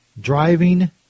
driving